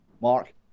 Mark